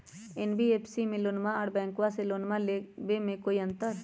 NBFC से लोनमा आर बैंकबा से लोनमा ले बे में कोइ अंतर?